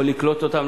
יכול לקלוט אותם.